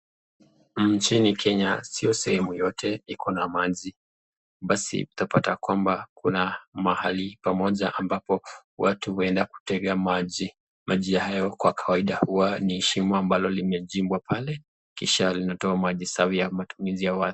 Nchini Kenya sio sehemu yote iliyo na maji, basi tutapata kwamba Kuna mahali pamoja ambayo watu uenda kutega maji, maji hayo Kwa Kawaida Huwa ni shimo ambalo limechimbwa pale kisha hutoa maji ya matumizi ya watu